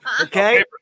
Okay